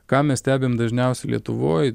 ką mes stebim dažniausiai lietuvoj